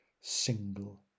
single